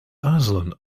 aarzelen